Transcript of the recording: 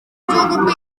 igihugu